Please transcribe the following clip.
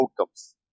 outcomes